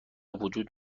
وجود